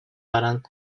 баран